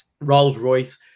Rolls-Royce